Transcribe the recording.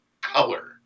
color